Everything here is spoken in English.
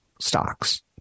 stocks